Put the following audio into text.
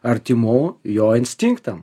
artimų jo instinktam